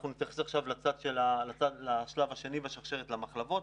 אנחנו נתייחס עכשיו לשלב השני בשרשרת למחלבות.